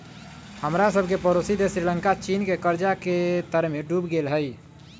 हमरा सभके पड़ोसी देश श्रीलंका चीन के कर्जा के तरमें डूब गेल हइ